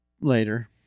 Later